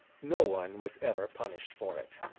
no one was ever punished for it.